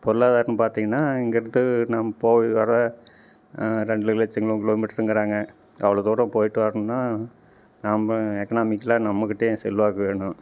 பொருளாதாரம் பார்த்திங்கன்னா இங்கேருந்து நாம் போய் வர ரெண்டு லட்சம் கிலோமீட்ருங்கிறாங்க அவ்வளோ தூரம் போய்ட்டு வரணும்னா நம்ம எக்கனாமிக்கலாக நம்மகிட்டேயும் செல்வாக்கு வேணும்